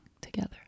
together